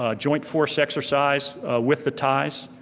ah joint force exercise with the thais.